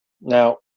Now